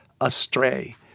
astray